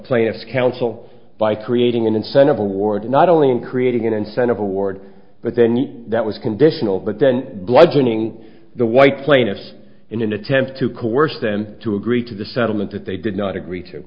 plaintiff counsel by creating an incentive award not only in creating an incentive award but then that was conditional but then bludgeoning the white plaintiffs in an attempt to coerce them to agree to the settlement if they did not agree to